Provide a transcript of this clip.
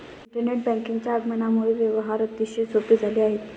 internet बँकिंगच्या आगमनामुळे व्यवहार अतिशय सोपे झाले आहेत